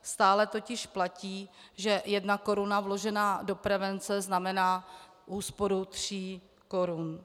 Stále totiž platí, že jedna koruna vložená do prevence znamená úsporu tří korun.